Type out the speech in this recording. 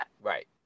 right